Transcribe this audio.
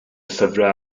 llyfrau